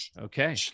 Okay